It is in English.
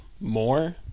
more